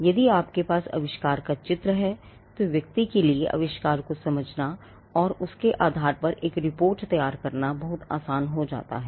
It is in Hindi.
यदि आपके पास आविष्कार का चित्र है तो व्यक्ति के लिए आविष्कार को समझना और उसके आधार पर एक रिपोर्ट तैयार करना बहुत आसान हो जाता है